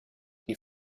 die